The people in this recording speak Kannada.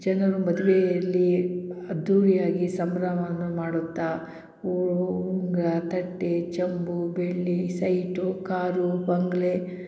ಜನರು ಮದುವೆಯಲ್ಲಿ ಅದ್ದೂರಿಯಾಗಿ ಸಂಭ್ರಮವನ್ನು ಮಾಡುತ್ತಾ ಉಂಗುರ ತಟ್ಟೆ ಚೊಂಬು ಬೆಳ್ಳಿ ಸೈಟು ಕಾರು ಬಂಗಲೆ